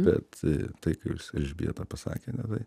bet tai ką jūs elžbieta pasakėte tai